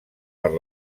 per